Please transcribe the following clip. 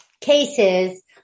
cases